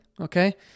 okay